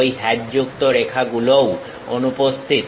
ঐ হ্যাচযুক্ত রেখাগুলোও অনুপস্থিত